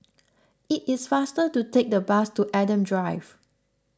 it is faster to take the bus to Adam Drive